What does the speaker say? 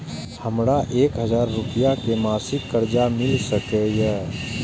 हमरा एक हजार रुपया के मासिक कर्जा मिल सकैये?